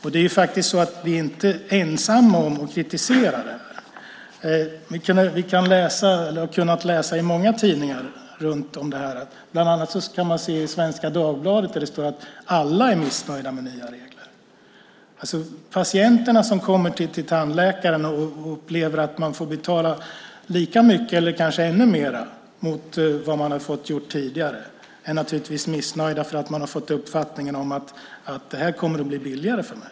Vi är inte ensamma om att kritisera denna reform. Vi har kunnat läsa i många tidningar om detta. I Svenska Dagbladet står det att alla är missnöjda med de nya reglerna. Patienter upplever att de får betala lika mycket eller ännu mer hos tandläkaren än vad de har gjort tidigare. De är naturligtvis missnöjda eftersom de har fått uppfattningen att det skulle bli billigare för dem.